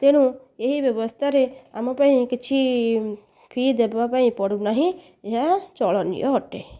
ତେଣୁ ଏହି ବ୍ୟବସ୍ଥାରେ ଆମ ପାଇଁ କିଛି ଫି ଦେବା ପାଇଁ ପଡ଼ୁନାହିଁ ଏହା ଚଳନୀୟ ଅଟେ